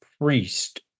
priest